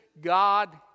God